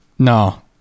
No